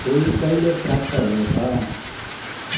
फुल कहिले प्राप्त हुनेछ